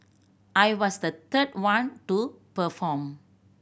I was the third one to perform